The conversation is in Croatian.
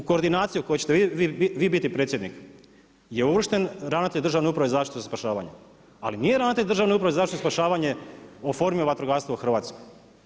U koordinaciji u kojoj ćete vi biti predsjednik je uvršten ravnatelj Državne uprave za zaštitu i spašavanje, ali nije ravnatelj Državne uprave za zaštitu i spašavanje oformio vatrogastvo u Hrvatskoj.